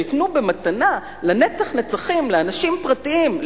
שניתנו במתנה לנצח נצחים לאנשים פרטיים,